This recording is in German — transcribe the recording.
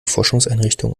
forschungseinrichtung